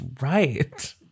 right